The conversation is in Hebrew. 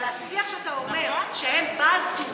אבל השיח שאתה אומר: הם בזו,